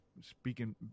speaking